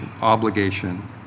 obligation